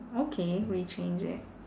okay rechange it